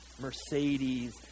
Mercedes